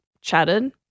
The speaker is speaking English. chatted